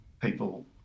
people